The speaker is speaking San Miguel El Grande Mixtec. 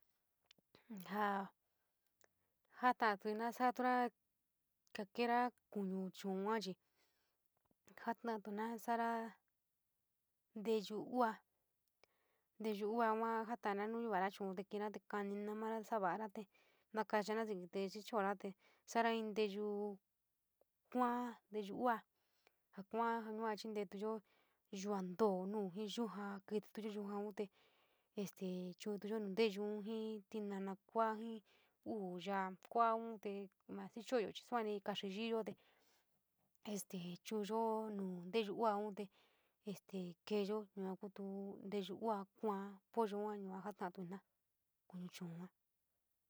Ja jatotuina ine satona jo keenoo kuñu chuun yoo chi; jatatiina sa'araa nteyuu uua, nteyuu uua yuu jatatino nu nuvana chuun te ki'irate karuiniro mora te savare te natachaa sikite xichora te sara in nteyuu kua, nteyuu uua ja kua yua chintetyo yua ndoa naji yyoja kkitto yyoja este chovuoyo nu nteyun jiir tinana kua jii uu yaya kuoni te maratchooyo saani kotiyii'iyote, este chovoio nu nteyu uuan te este keeyo yua kuto nteyuu uua koa pollo yua jatatuoina kuñu chuu yoo.